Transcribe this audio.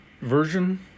version